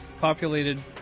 populated